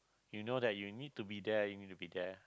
you know that you need to be there you need to be there